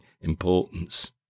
importance